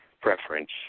preference